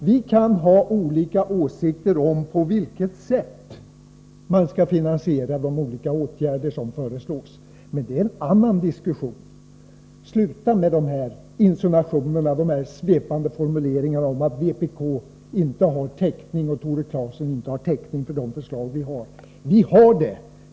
Vi kan ha olika åsikter om på vilket sätt man skall finansiera de åtgärder som föreslås, men det är en annan diskussion. Sluta med dessa insinuationer och de svepande formuleringarna om att vpk och Tore Claeson inte har täckning för sina förslag! Det har vi!